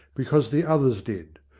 because the others did.